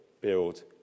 build